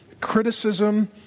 criticism